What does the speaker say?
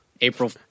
April